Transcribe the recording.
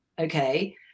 okay